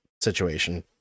situation